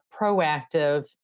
proactive